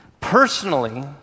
personally